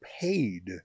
paid